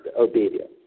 obedience